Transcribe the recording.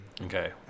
Okay